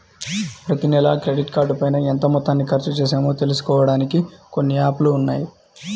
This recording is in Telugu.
ప్రతినెలా క్రెడిట్ కార్డుపైన ఎంత మొత్తాన్ని ఖర్చుచేశామో తెలుసుకోడానికి కొన్ని యాప్ లు ఉన్నాయి